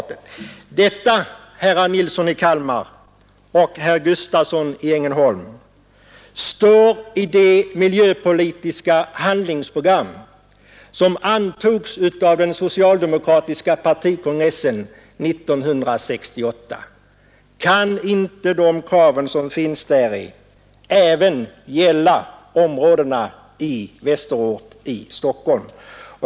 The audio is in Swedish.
” Detta, herrar Nilsson i Kalmar och Gustavsson i Ängelholm, står i det miljöpolitiska handlingsprogram som antogs av den socialdemokratiska partikongressen 1968. Kan inte de krav som finns där även gälla områdena i Västerort i Stockholm?